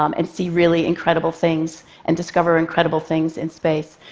um and see really incredible things and discover incredible things in space.